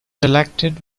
elected